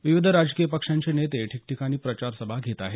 विविध राजकीय पक्षांचे नेते ठिकठिकाणी प्रचारसभा घेत आहेत